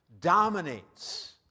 dominates